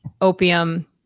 opium